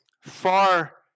far